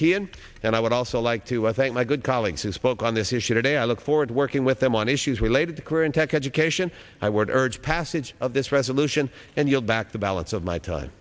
n and i would also like to thank my good colleagues who spoke on this issue today i look forward to working with them on issues related to career in tech education i would urge passage of this resolution and yield back the balance of my time